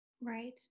Right